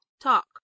Talk